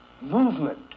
movement